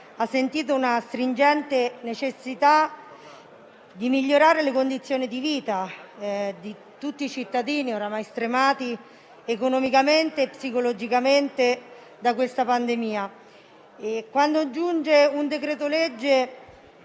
ha sentito una stringente necessità di migliorare le condizioni di vita di tutti i cittadini, oramai stremati economicamente e psicologicamente da questa pandemia. Quando giunge un decreto-legge,